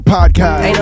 Podcast